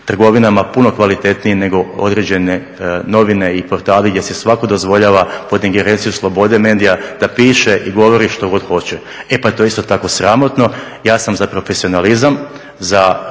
trgovinama puno kvalitetniji nego određene novine i portali gdje si svatko dozvoljava pod ingerencijom slobode medija da piše i govori što god hoće. E pa to je isto tako sramotno. Ja sam za profesionalizam, za